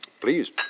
Please